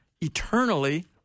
eternally